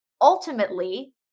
ultimately